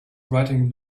writing